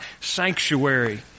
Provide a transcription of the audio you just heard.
sanctuary